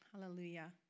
Hallelujah